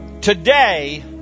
Today